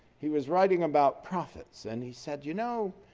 he was writing about prophets and he said, you know,